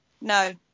No